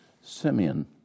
Simeon